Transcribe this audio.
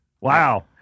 Wow